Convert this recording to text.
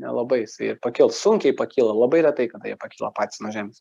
nelabai jisai ir pakels sunkiai pakyla labai retai kada jie pakyla patys nuo žemės